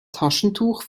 taschentuch